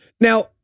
Now